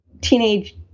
teenage